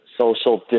social